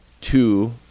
two